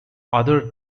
other